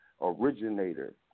Originator